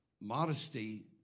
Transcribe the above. Modesty